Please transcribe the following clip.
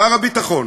שר הביטחון